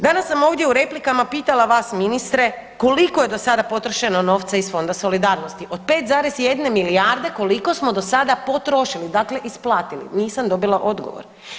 Danas sam ovdje u replikama pitala vas, ministre, koliko je do sada potrošeno novca iz Fonda solidarnosti od 5,1 milijarde, koliko smo do sada potrošili, dakle isplatili, nisam dobila odgovor.